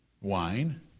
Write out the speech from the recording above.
Wine